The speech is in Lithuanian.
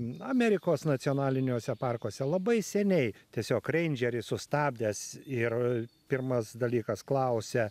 amerikos nacionaliniuose parkuose labai seniai tiesiog reindžeris sustabdęs ir pirmas dalykas klausia